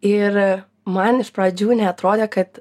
ir man iš pradžių neatrodė kad